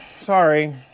Sorry